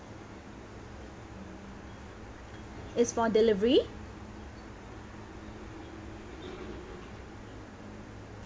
it's for delivery